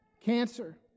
Cancer